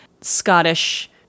Scottish